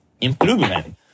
improvement